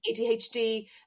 adhd